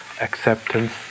acceptance